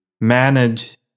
manage